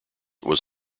was